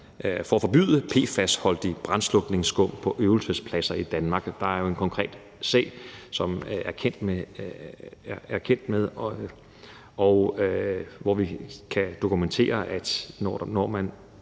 for at forbyde PFAS-holdig brandslukningsskum på øvelsespladser i Danmark. Der er jo en konkret sag, som er kendt, hvor vi kan dokumentere, at der